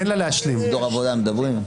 על סידור עבודה מדברים.